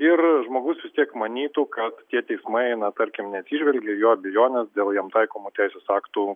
ir žmogus vis tiek manytų kad tie teismai na tarkim neatsižvelgė į jo abejones dėl jam taikomų teisės aktų